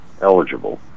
eligible